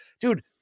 Dude